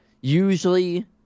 usually